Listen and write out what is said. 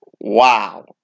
Wow